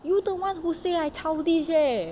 you the one who say I childish eh